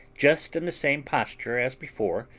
just in the same posture as before,